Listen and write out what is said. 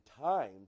time